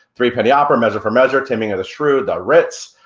threepenny opera, measure for measure, taming of the shrew, the ritz,